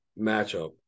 matchup